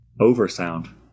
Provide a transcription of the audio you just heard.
Oversound